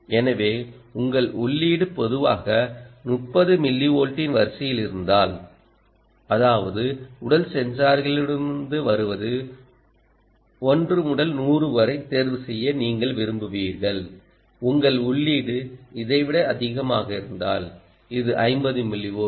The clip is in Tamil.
எனவே உங்கள் உள்ளீடு பொதுவாக 30 மில்லிவோல்ட்டின் வரிசையில் இருந்தால் அதாவது உடல் சென்சார்களிடமிருந்து வருவது 1 முதல் 100 வரை தேர்வு செய்ய நீங்கள் விரும்புவீர்கள் உங்கள் உள்ளீடு இதை விட அதிகமாக இருந்தால் இது 50 மில்லிவால்ட்